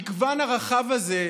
המגוון הרחב הזה,